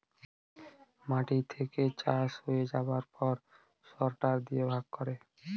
মাটি থেকে চাষ হয়ে যাবার পর সরটার দিয়ে ভাগ করে